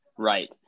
Right